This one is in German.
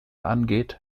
angeht